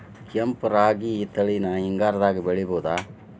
ಕೆಂಪ ರಾಗಿ ತಳಿನ ಹಿಂಗಾರದಾಗ ಬೆಳಿಬಹುದ?